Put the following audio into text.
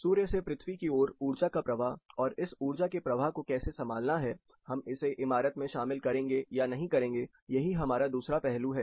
सूर्य से पृथ्वी की ओर ऊर्जा का प्रवाह और इस ऊर्जा के प्रवाह को कैसे संभालना है हम इसे इमारत में शामिल करेंगे या नहीं करेंगे यही हमारा दूसरा पहलू है